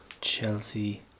Chelsea